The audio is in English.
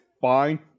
fine